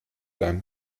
deinem